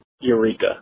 Eureka